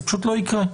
זה פשוט לא יקרה.